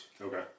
Okay